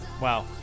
Wow